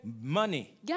money